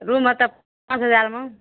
room हेतऽ पाँच हजारमे